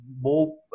more